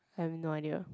I have no idea